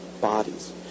bodies